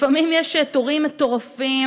לפעמים יש תורים מטורפים,